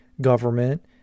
Government